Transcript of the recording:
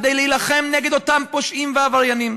כדי להילחם נגד אותם פושעים ועבריינים,